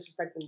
disrespecting